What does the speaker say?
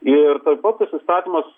ir taip pat tas įstatymas